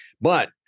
But-